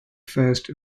first